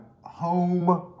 home